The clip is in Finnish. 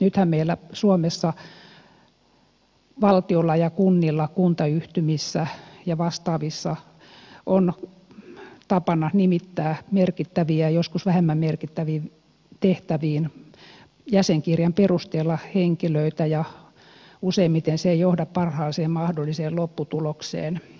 nythän meillä suomessa valtiolla ja kunnilla kuntayhtymissä ja vastaavissa on tapana nimittää merkittäviin ja joskus vähemmän merkittäviin tehtäviin jäsenkirjan perusteella henkilöitä ja useimmiten se ei johda parhaaseen mahdolliseen lopputulokseen